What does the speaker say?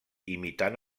imitant